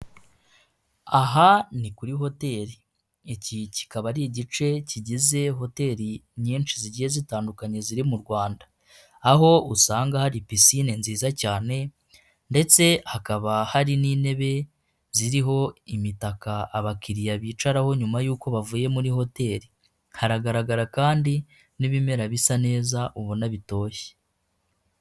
Aha ni kuri hoteli. Iki kikaba ari igice kigize hoteli nyinshi zigiye zitandukanye ziri mu Rwanda. Aho usanga hari pisine nziza cyane ndetse hakaba hari n'intebe, ziriho imitaka abakiriya bicaraho, nyuma y'uko bavuye muri hoteli. Haragaragara kandi n'ibimera bisa neza ubona bitoshye.